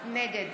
נגד